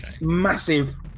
massive